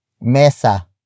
mesa